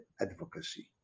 advocacy